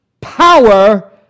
power